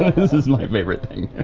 this is my favorite thing.